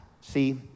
See